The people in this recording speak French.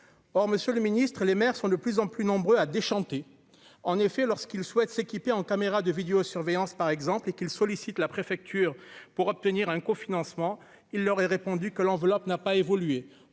or, Monsieur le Ministre, les maires sont de plus en plus nombreux à déchanter, en effet, lorsqu'ils souhaitent s'équiper en caméras de surveillance par exemple et qu'il sollicite la préfecture pour obtenir un cofinancement, il leur aurait répondu que l'enveloppe n'a pas évolué